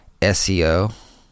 SEO